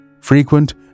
frequent